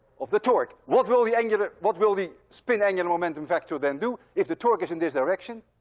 of the torque. what will the angular. what will the spin angular momentum vector then do if the torque is in this direction?